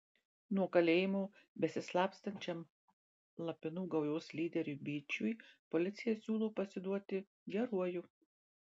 nuo kalėjimo besislapstančiam lapinų gaujos lyderiui byčiui policija siūlo pasiduoti geruoju